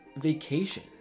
vacation